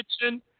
kitchen